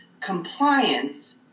compliance